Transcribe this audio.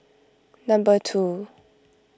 number two